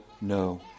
no